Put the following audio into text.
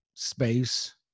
space